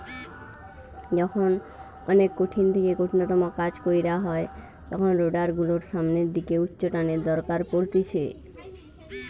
যখন অনেক কঠিন থেকে কঠিনতম কাজ কইরা হয় তখন রোডার গুলোর সামনের দিকে উচ্চটানের দরকার পড়তিছে